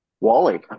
Wally